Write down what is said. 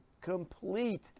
complete